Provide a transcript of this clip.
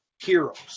heroes